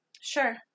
Sure